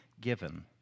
given